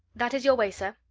that is your way, sir.